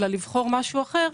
אלא לבחור משהו אחר.